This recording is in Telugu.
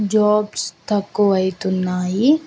జాబ్స్ తక్కువ అవుతున్నాయి